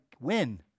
win